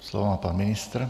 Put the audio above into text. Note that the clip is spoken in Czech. Slovo má pan ministr...